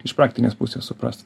iš praktinės pusės suprast